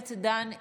הכנסת עידן רול.